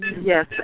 Yes